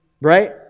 Right